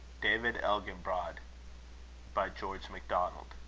david elginbrod by george macdonald